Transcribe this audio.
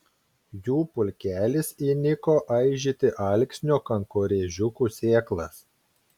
jų pulkelis įniko aižyti alksnio kankorėžiukų sėklas